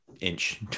inch